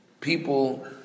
people